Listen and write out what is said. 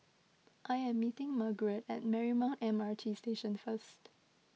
I am meeting Margarette at Marymount M R T Station first